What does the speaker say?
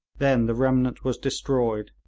then the remnant was destroyed.